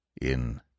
In